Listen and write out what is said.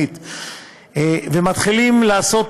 ומתחילים לעשות,